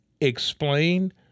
explain